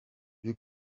you